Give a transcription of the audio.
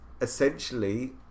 essentially